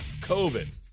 COVID